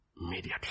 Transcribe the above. Immediately